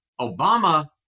Obama